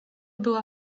była